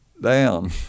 down